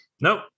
nope